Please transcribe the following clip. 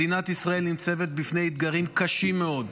מדינת ישראל ניצבת בפני אתגרים קשים מאוד: